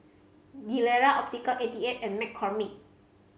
Gilera Optical Eighty Eight and McCormick